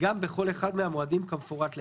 גם בכל אחד מהמועדים כמפורט להלן: